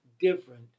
different